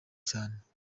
cyane